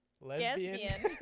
Lesbian